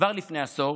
כבר לפני עשור